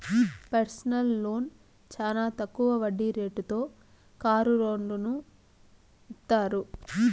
personal loan చానా తక్కువ వడ్డీ రేటుతో కారు లోన్లను ఇత్తారు